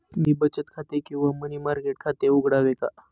मी बचत खाते किंवा मनी मार्केट खाते उघडावे का?